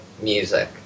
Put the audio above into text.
music